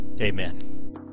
amen